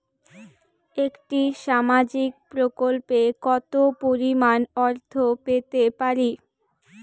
একটি সামাজিক প্রকল্পে কতো পরিমাণ অর্থ পেতে পারি?